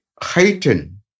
heighten